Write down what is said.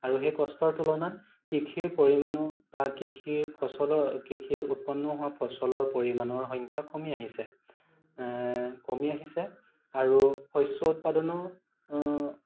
আৰু সেই কষ্টৰ তুলনাত কৃষিৰ পৰিমাণো বা কৃষিৰ ফচলৰ কৃষিত উৎপন্ন হোৱা ফচলৰ পৰিমাণৰ সংখ্যা কমি আহিছে কমি আহিছে আৰু শস্য উৎপাদনো